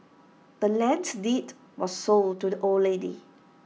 the land's deed was sold to the old lady